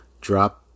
Drop